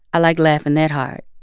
i like laughing that hard.